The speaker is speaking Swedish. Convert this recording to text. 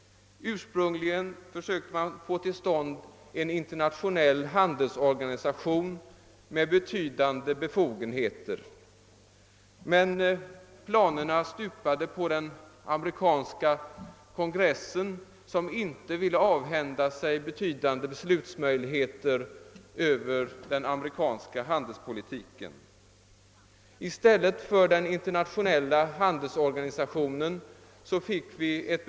Ursprungligen försökte man få till stånd en internationell handelsorganisation med betydande befogenheter, men dessa planer stupade när den amerikanska kongressen satte sig på tvären, därför att kongressen inte ville avhända sig en del av beslutanderätten över den amerikanska handelspolitiken. I stället för den internationella handelsorganisationen fick vi ett .